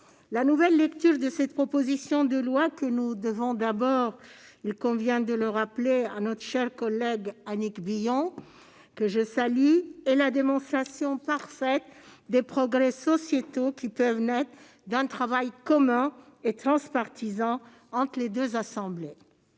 la deuxième lecture de cette proposition de loi que nous devons d'abord, il convient de le rappeler, à notre chère collègue Annick Billon, que je salue, est la démonstration parfaite des progrès sociétaux qui peuvent naître d'un travail commun et transpartisan entre les deux assemblées.